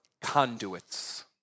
conduits